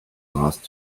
lost